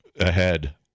ahead